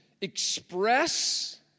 express